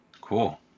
Cool